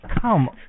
come